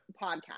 Podcast